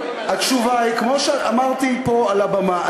התשובה היא כמו שאמרתי פה על הבמה.